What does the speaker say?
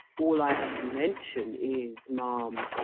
all i have to mention is, ma'am,